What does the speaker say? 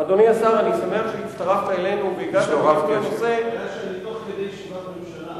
הבעיה שבאתי תוך כדי ישיבת ממשלה.